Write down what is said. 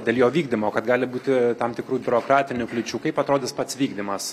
dėl jo vykdymo kad gali būti tam tikrų biurokratinių kliūčių kaip atrodys pats vykdymas